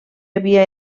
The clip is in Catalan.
havia